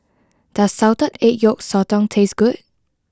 does Salted Egg Yolk Sotong taste good